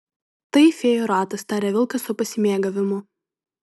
tai fėjų ratas taria vilkas su pasimėgavimu